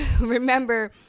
remember